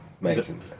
Amazing